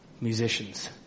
musicians